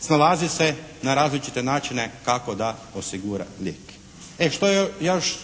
snalazi se na različite načine kako da osigura lijek. E šta je